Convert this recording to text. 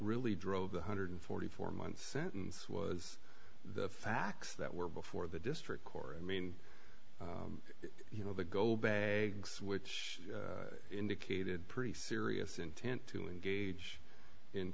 really drove one hundred forty four month sentence was the facts that were before the district court i mean you know the goal bags which indicated pretty serious intent to engage in